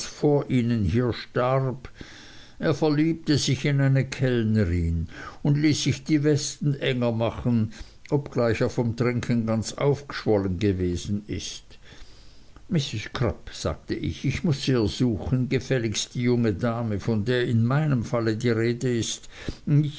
vor ihnen hier starb er verliebte sich in eine kellnerin und ließ sich die westen enger machen obgleich er vom trinken ganz aufgschwolln gewesen is mrs crupp sagte ich ich muß sie ersuchen gefälligst die junge dame von der in meinem fall die rede ist